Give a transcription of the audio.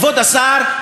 כבוד השר,